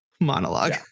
monologue